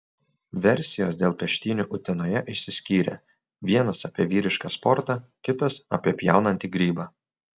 versijos dėl peštynių utenoje išsiskyrė vienas apie vyrišką sportą kitas apie pjaunantį grybą